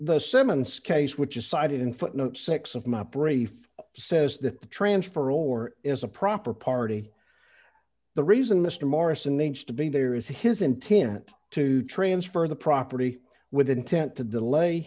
the simmons case which is cited in footnote six of my brave says that the transfer or is a proper party the reason mr morrison needs to be there is his intent to transfer the property with intent to delay